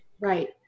Right